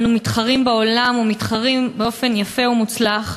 אנו מתחרים בעולם, ומתחרים באופן יפה ומוצלח.